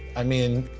i mean,